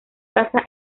casa